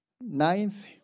Ninth